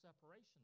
separation